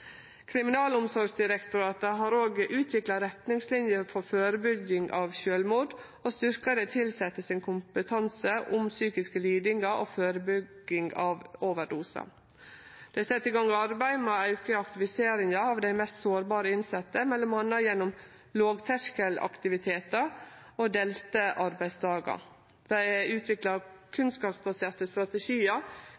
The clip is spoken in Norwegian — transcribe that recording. Kriminalomsorgsdirektoratet har òg utvikla retningslinjer for førebygging av sjølvmord og styrkt dei tilsette sin kompetanse på psykiske lidingar og førebygging av overdosar. Det er sett i gang arbeid med å auke aktiviseringa av dei mest sårbare innsette, m.a. gjennom lågterskelaktivitetar og delte arbeidsdagar. Dei har utvikla